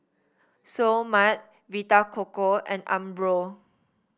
Seoul Mart Vita Coco and Umbro